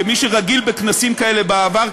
כמי שרגיל בכנסים כאלה בעבר,